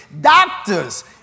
doctors